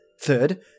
Third